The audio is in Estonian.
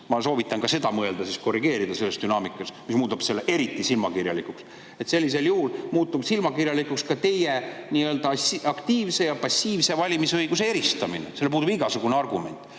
Ma soovitan sellele mõelda, korrigeerida seda selles dünaamikas. See muudab selle eriti silmakirjalikuks. Sellisel juhul muutub silmakirjalikuks ka teie nii-öelda aktiivse ja passiivse valimisõiguse eristamine. Sellel puudub igasugune argument. Ma